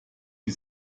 die